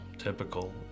typical